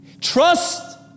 Trust